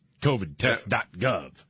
COVIDtest.gov